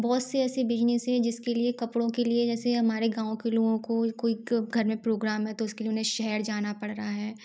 बहुत से ऐसे बिजनेस है जिसके लिए कपड़ों के लिए जैसे हमारे गाँव के लोगों को कोई क घर में प्रोग्राम है तो उसके लिए उन्हे शहर जाना पड़ सकता है